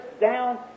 down